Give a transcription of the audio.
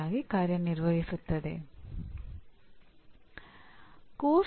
ಈಗ ಪರಿಣಾಮ ಎಂದರೇನು